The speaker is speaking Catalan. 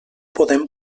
podem